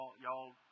y'all